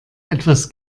etwas